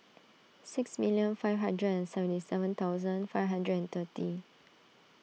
six million five hundred and seventy seven thousand five hundred and thirty